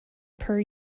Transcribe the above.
per